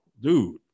dude